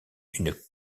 une